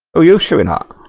are you sure enough